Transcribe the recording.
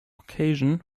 occasion